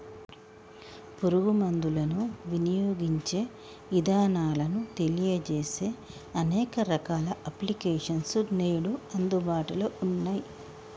పురుగు మందులను వినియోగించే ఇదానాలను తెలియజేసే అనేక రకాల అప్లికేషన్స్ నేడు అందుబాటులో ఉన్నయ్యి